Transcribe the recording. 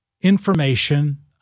information